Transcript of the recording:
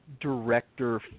director